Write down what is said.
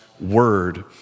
word